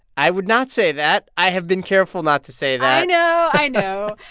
i would not say that. i have been careful not to say that i know. i know.